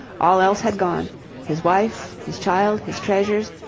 all else had gone his wife, his child, his treasures,